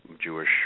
Jewish